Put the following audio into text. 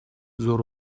zor